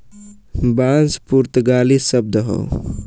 बांस पुर्तगाली शब्द हौ